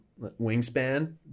wingspan